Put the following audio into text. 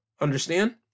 Understand